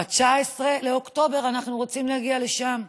ב-19 באוקטובר, אנחנו רוצים להגיע לשם.